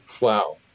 Wow